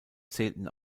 zählten